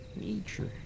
nature